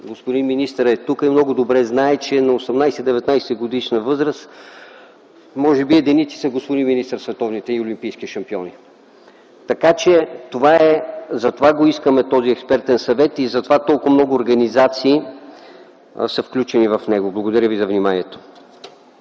господин министърът е тук и много добре знае, че на 18 и 19-годишна възраст може би единици са, господин министър, световните и олимпийски шампиони. Затова искаме този Експертен съвет и затова толкова много организации са включени в него. Благодаря ви за вниманието.